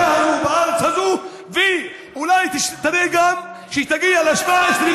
וגם לאחרים, נא לסיים.